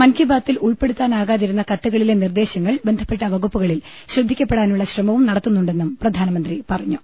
മൻകി ബാതിൽ ഉൾപ്പെടുത്താനാകാതിരുന്ന കത്തുകളിലെ നിർദ്ദേശങ്ങൾ ബന്ധ പ്പെട്ട വകുപ്പുകളിൽ ശ്രദ്ധിക്കപ്പെടാനുള്ള ശ്രമവും നടത്തുന്നുണ്ടെന്നും പ്രധാനമന്ത്രി പറഞ്ഞു